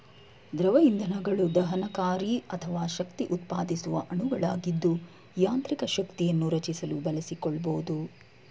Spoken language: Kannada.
ದ್ರವ ಇಂಧನಗಳು ದಹನಕಾರಿ ಅಥವಾ ಶಕ್ತಿಉತ್ಪಾದಿಸುವ ಅಣುಗಳಾಗಿದ್ದು ಯಾಂತ್ರಿಕ ಶಕ್ತಿಯನ್ನು ರಚಿಸಲು ಬಳಸಿಕೊಳ್ಬೋದು